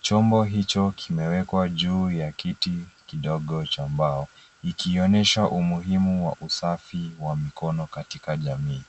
Chombo hicho kimewekwa juu ya kiti kidogo cha mbao, ikionyesha umuhimu wa usafi wa mikono katika jamii.